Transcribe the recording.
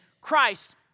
Christ